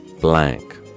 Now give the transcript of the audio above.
blank